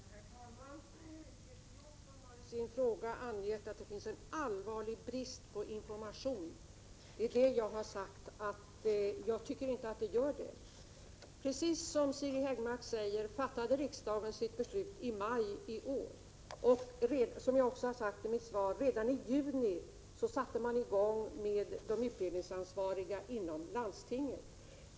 Herr talman! Göte Jonsson har i sin fråga angett att det finns en allvarlig brist på information. Det tycker inte jag. Precis som Siri Häggmark sade fattade riksdagen sitt beslut i maj i år. Som jag sagt i mitt svar satte de utbildningsansvariga inom landstingen redan i juni i gång med arbetet.